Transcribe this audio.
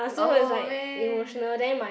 oh man